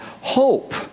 hope